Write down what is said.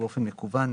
באופן מקוון,